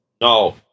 No